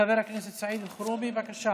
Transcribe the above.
חבר הכנסת סעיד אלחרומי, בבקשה.